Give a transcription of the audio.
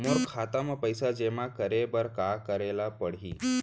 मोर खाता म पइसा जेमा करे बर का करे ल पड़ही?